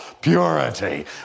purity